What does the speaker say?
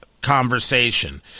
conversation